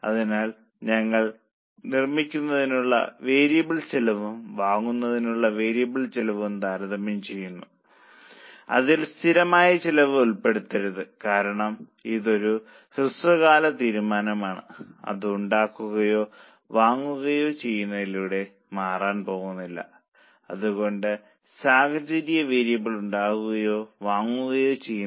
അതിനാൽ ഞങ്ങൾ നിർമ്മിക്കുന്നതിനുള്ള വേരിയബിൾ ചെലവും വാങ്ങുന്നതിനുള്ള വേരിയബിൾ ചെലവും താരതമ്യം ചെയ്യുന്നു അതിൽ സ്ഥിരമായ ചിലവ് ഉൾപ്പെടുത്തരുത് കാരണം ഇത് ഒരു ഹ്രസ്വകാല തീരുമാനമാണ് അത് ഉണ്ടാക്കുകയോ വാങ്ങുകയോ ചെയ്യുന്നതിലൂടെ മാറാൻ പോകുന്നില്ല അതുകൊണ്ടാണ് സാഹചര്യ വേരിയബിൾ ഉണ്ടാകുകയോ വാങ്ങുകയോ ചെയ്യുന്നത്